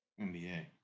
NBA